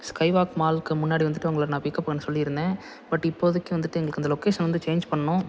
skywalk மாலுக்கு முன்னாடி வந்துட்டு உங்களை நான் பிக்கப் பண்ண சொல்லியிருந்தேன் பட் இப்போதைக்கு வந்துட்டு எங்களுக்கு அந்த லொகேஷன் வந்து சேஞ்ச் பண்ணணும்